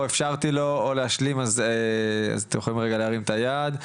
לא אפשרתי לו אז אתם יכולים להרים את היד.